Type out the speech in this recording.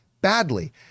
badly